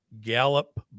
gallop